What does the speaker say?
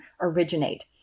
originate